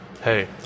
hey